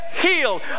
healed